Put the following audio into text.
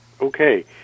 Okay